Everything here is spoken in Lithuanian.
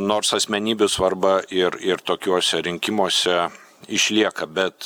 nors asmenybių svarba ir ir tokiuose rinkimuose išlieka bet